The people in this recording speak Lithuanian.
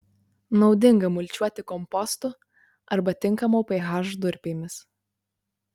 naudinga mulčiuoti kompostu arba tinkamo ph durpėmis